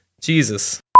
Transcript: Jesus